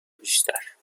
بیشتر